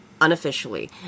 unofficially